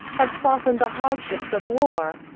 have softened the hardships of war,